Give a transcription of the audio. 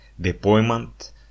deployment